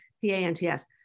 P-A-N-T-S